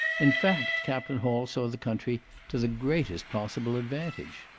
in fact, captain hall saw the country to the greatest possible advantage.